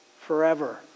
forever